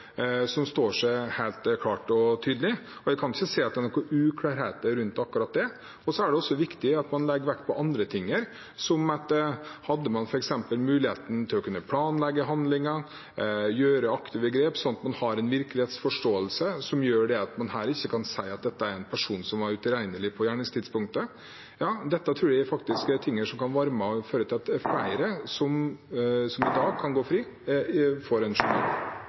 som står seg helt klart og tydelig, og jeg kan ikke se at det er noen uklarheter rundt akkurat det. Det er også viktig at man legger vekt på andre ting, som hvorvidt man hadde muligheten til å kunne planlegge handlingen og gjøre aktive grep, slik at man har en virkelighetsforståelse som gjør at en her ikke kan si at dette er en person som var utilregnelig på gjerningstidspunktet. Dette tror jeg faktisk er ting som kan være med og føre til at flere som kan gå fri,